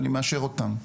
ואני מאשר אותם.